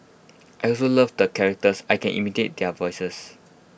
I also love the characters I can imitate their voices